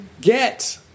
get